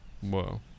Whoa